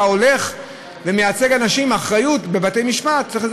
הולך ומייצג אנשים בבתי-משפט עם אחריות,